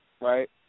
right